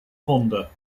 honda